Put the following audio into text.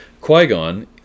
Qui-Gon